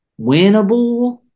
winnable